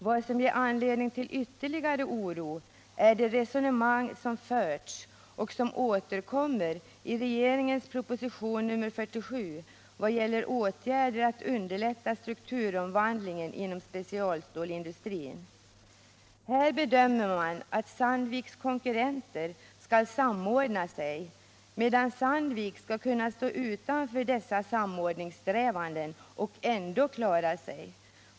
Vad som ger anledning till ytterligare oro är det resonemang som har förts och som återkommer i regeringens proposition nr 47 i vad gäller åtgärder för att underlätta strukturomvandlingen inom specialstålsindustrin. Här bedömer man det så att Sandviks konkurrenter skall samordna sig, medan Sandvik skall kunna stå utanför dessa samordningssträvanden och ändå klara sig.